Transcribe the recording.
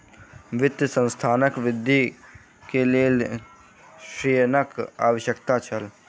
वित्तीय संस्थानक वृद्धि के लेल ऋणक आवश्यकता छल